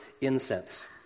incense